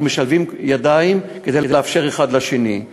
אנחנו משלבים ידיים כדי לאפשר אחד לשני.